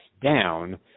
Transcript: down